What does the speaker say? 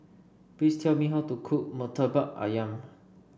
please tell me how to cook Murtabak ayam